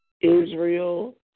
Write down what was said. Israel